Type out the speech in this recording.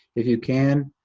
if you can,